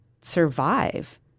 survive